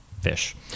fish